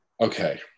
okay